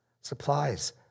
supplies